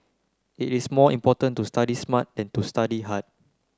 it is more important to study smart than to study hard